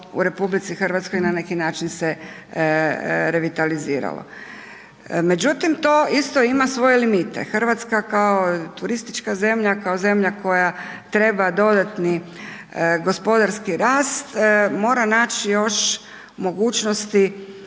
u RH, na neki način se revitaliziralo. Međutim, to isto ima svoje limite. Hrvatska kao turistička zemlja, kao zemlja koja treba dodatni gospodarski rast, mora naći još mogućnosti